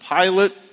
Pilate